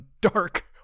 dark